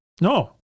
No